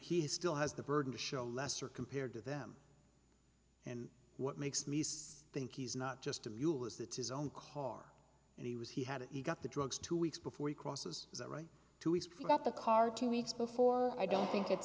he still has the burden to show lesser compared to them and what makes me think he's not just a mule is that his own car and he was he had he got the drugs two weeks before he crosses that right to he's got the car two weeks before i don't think it's